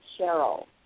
Cheryl